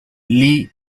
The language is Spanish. lee